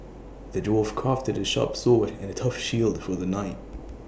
the dwarf crafted A sharp sword and A tough shield for the knight